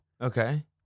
Okay